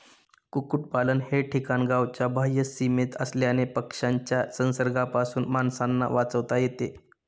कुक्पाकुटलन हे ठिकाण गावाच्या बाह्य सीमेत असल्याने पक्ष्यांच्या संसर्गापासून माणसांना वाचवता येते